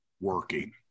working